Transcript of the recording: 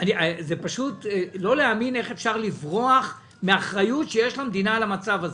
פשוט לא להאמין איך אפשר לברוח מאחריות שיש למדינה על המצב הזה,